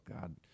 God